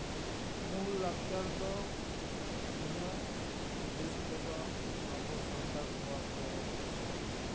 ᱢᱩᱞ ᱞᱟᱠᱪᱟᱨ ᱫᱚ ᱤᱧᱟᱹᱜ ᱦᱩᱫᱤᱥ ᱛᱮᱫᱚ ᱟᱵᱚ ᱥᱟᱱᱛᱟᱲ ᱠᱚᱣᱟᱜ ᱜᱮ